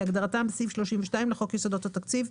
כהגדרתם בסעיף 32 לחוק יסודות התקציב,